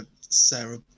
Sarah